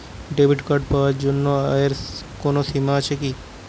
Debit card পাওয়ার জন্য আয়ের কোনো সীমা আছে কি?